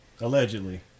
Allegedly